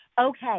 okay